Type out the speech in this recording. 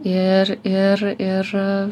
ir ir ir